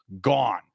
gone